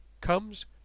comes